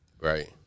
Right